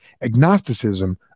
agnosticism